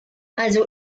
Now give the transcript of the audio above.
also